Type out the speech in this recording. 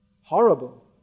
horrible